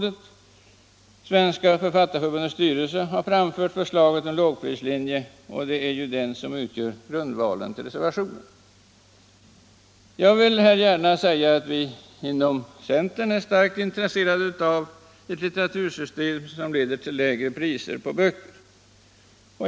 Svenska författarförbundets styrelse har framfört förslaget om lågprislinje, och det är ju detta förslag som utgör grundvalen för reservationen. Jag vill gärna säga att vi inom centern är mycket intresserade av ett litteraturstödssystem som leder till lägre priser på böcker.